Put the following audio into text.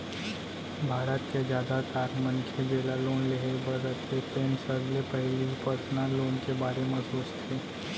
भारत के जादातर मनखे जेला लोन लेहे बर रथे तेन सबले पहिली पर्सनल लोन के बारे म सोचथे